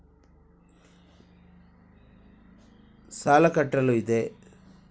ಸಾಲ ಕಟ್ಟಲು ಇದೆ